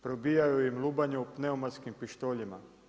Probijaju im lubanju pneumatskim pištoljima.